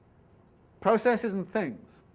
processes and things,